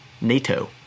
NATO